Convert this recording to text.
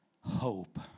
hope